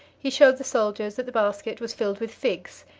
he showed the soldiers that the basket was filled with figs.